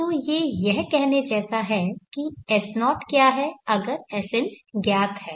तो ये यह कहने जैसा है कि S0 क्या है अगर Sn ज्ञात है